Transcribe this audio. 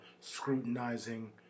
scrutinizing